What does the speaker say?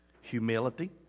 Humility